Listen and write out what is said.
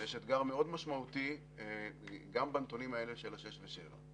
יש אתגר מאוד משמעותי גם בנתונים האלה של פי שישה ושבעה.